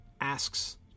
asks